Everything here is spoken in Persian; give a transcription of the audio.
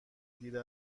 دیر